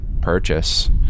purchase